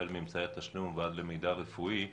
החל מאמצעי התשלום ועד למידע רפואי,